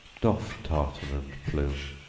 doff tartan and plume